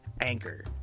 anchor